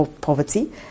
poverty